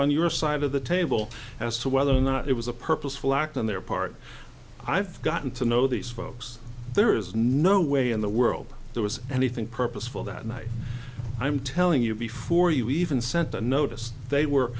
on your side of the table as to whether or not it was a purposeful act on their part i've gotten to know these folks there is no way in the world there was anything purposeful that night i'm telling you before you even sent the notice they were